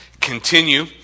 continue